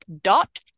dot